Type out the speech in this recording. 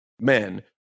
men